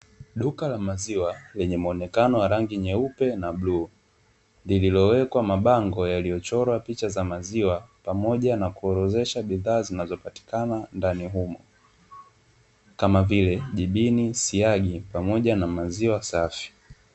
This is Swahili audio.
Duka la maziwa lenye muonekano wa rangi nyeupe na bluu, lililowekwa mabango yaliyochorwa picha za maziwa, pamoja na kuorodhesha bidhaa zinazopatikana ndani humo, kama vile jibini, siagi, pamoja na maziwa safi.